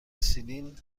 سیلین